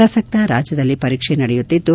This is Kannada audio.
ಪ್ರಸಕ್ತ ರಾಜ್ಯದಲ್ಲಿ ಪರೀಕ್ಷೆ ನಡೆಯುತ್ತಿದ್ದು